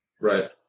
right